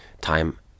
time